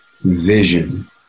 Vision